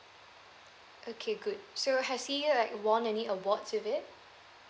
okay good so has he like won any awards with it